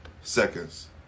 seconds